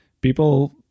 people